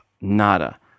nada